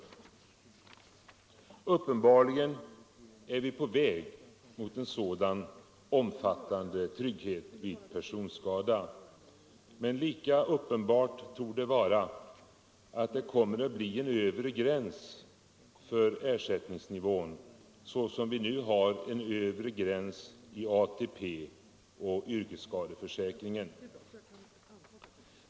Uppenbarligen är vi på väg mot en sådan omfattande trygghet vid personskada. Men lika uppenbart torde vara att det kommer att bli en övre gräns för ersättningsnivån, såsom vi nu har en övre gräns i ATP och i yrkesskadeförsäkringen.